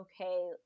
okay